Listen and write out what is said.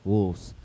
Wolves